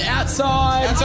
Outside